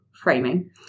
framing